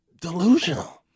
delusional